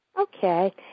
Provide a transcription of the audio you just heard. Okay